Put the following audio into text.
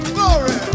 Glory